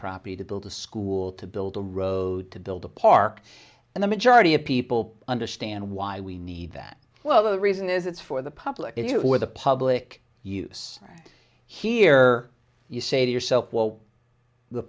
property to build a school to build a road to build a park and the majority of people understand why we need that well the reason is it's for the public it with a public use here you say to yourself well the